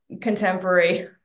contemporary